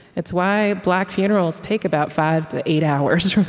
it's why black funerals take about five to eight hours.